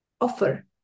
offer